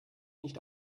nicht